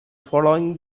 following